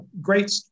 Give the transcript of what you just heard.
great